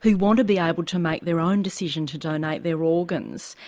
who want to be able make their own decision to donate their organs.